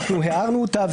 ואנחנו הארנו אותה,